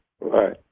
Right